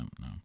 no